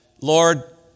Lord